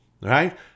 right